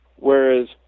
Whereas